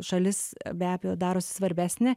šalis be abejo darosi svarbesnė